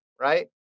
right